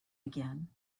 again